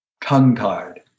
tongue-tied